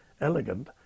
elegant